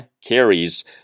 carries